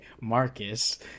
Marcus